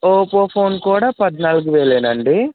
Oppo phone కూడా పద్నాలుగు వేలేనండి